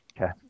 Okay